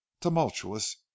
tumultuous